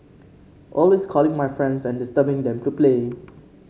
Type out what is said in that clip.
always calling my friends and disturbing them to play